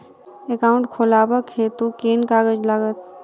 Account खोलाबक हेतु केँ कागज लागत?